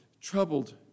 troubled